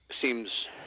seems